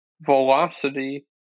velocity